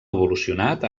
evolucionat